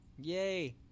Yay